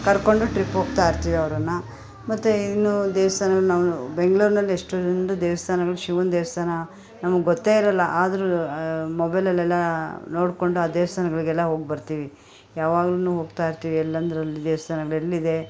ಕರ್ಕೊಂಡು ಟ್ರಿಪ್ ಹೋಗ್ತಾಯಿರ್ತೀವಿ ಅವ್ರನ್ನು ಮತ್ತೆ ಇನ್ನೂ ದೇವಸ್ಥಾನ ನಾವು ಬೆಂಗ್ಳೂರಿನಲ್ಲಿ ಎಷ್ಟೊಂದು ದೇವಸ್ಥಾನಗಳು ಶಿವನ ದೇವಸ್ಥಾನ ನಮಗೆ ಗೊತ್ತೇ ಇರಲ್ಲ ಆದ್ರೂ ಮೊಬೈಲಲ್ಲೆಲ್ಲ ನೋಡಿಕೊಂಡು ಆ ದೇವಸ್ಥಾನಗಳಿಗೆಲ್ಲ ಹೋಗ್ಬರ್ತೀವಿ ಯಾವಾಗ್ಲೂ ಹೋಗ್ತಾಯಿರ್ತೀವಿ ಎಲ್ಲೆಂದ್ರಲ್ಲಿ ದೇವಸ್ಥಾನಗ್ಳೆಲ್ಲಿದೆ